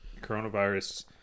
coronavirus